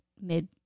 mid